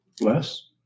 Less